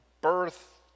birth